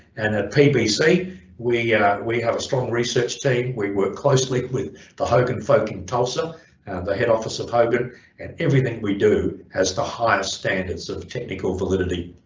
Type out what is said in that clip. and at pbc we we have a strong research team, we work closely with the hogan folk in tulsa and the head office of hogan and everything we do has the highest standards of technical validity.